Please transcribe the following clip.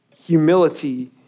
Humility